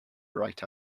bright